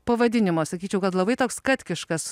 pavadinimo sakyčiau kad labai toks katkiškas